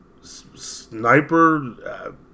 sniper